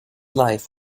life